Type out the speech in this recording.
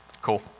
Cool